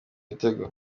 ibitego